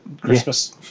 Christmas